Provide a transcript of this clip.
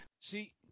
See